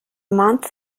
month